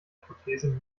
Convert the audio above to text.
prothese